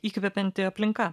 įkvepianti aplinka